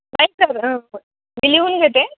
sir मी लिहून घेते